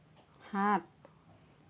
সাত